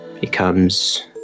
becomes